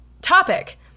topic